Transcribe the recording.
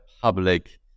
public